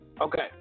Okay